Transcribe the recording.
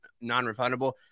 Non-refundable